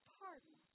pardon